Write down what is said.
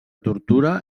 tortura